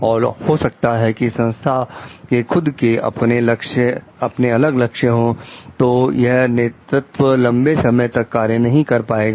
और हो सकता है कि संस्था के खुद के अपने अलग लक्ष्य हो तो यह नेतृत्व लंबे समय तक कार्य नहीं कर पाएगा